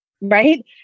right